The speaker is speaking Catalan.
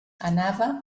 anava